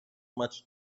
much